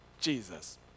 Jesus